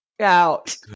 out